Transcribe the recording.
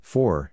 Four